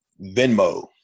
Venmo